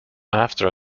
after